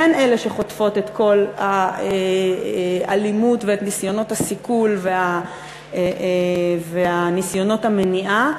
הן אלה שחוטפות את כל האלימות ואת ניסיונות הסיכול וניסיונות המניעה,